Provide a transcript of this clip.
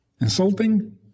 Insulting